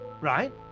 right